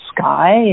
sky